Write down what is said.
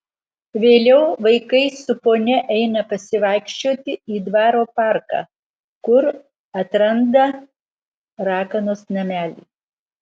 vėliau vaikai su ponia eina pasivaikščioti į dvaro parką kur atranda raganos namelį